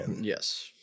Yes